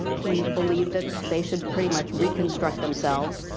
he believed that they should pretty much reconstruct themselves.